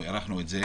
הארכנו את זה